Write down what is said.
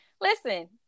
Listen